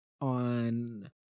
on